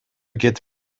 кетип